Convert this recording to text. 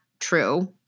True